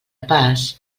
pas